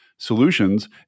solutions